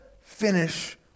finish